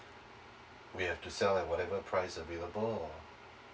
we have to sell at whatever price available or